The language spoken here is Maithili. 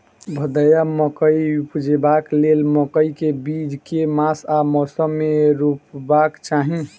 भदैया मकई उपजेबाक लेल मकई केँ बीज केँ मास आ मौसम मे रोपबाक चाहि?